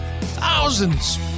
thousands